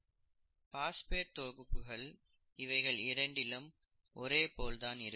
phosphate தொகுப்பு இவைகள் இரண்டிலும் ஒரே போல் தான் இருக்கும்